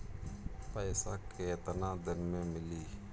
पैसा केतना दिन में मिली?